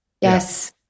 Yes